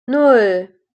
nan